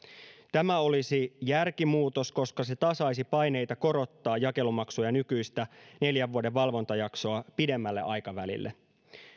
tämä olisi järkimuutos koska se tasaisi paineita korottaa jakelumaksuja nykyistä neljän vuoden valvontajaksoa pidemmälle aikavälille